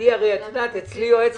ואת יודעת, יואל בריס